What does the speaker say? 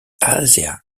asia